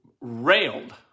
railed